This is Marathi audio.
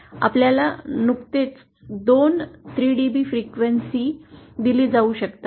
आपल्याला नुकतीच 2 3 db फ्रिक्वेन्सी दिली जाऊ शकतात